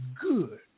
good